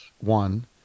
one